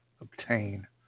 obtain